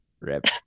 Rip